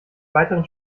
weiteren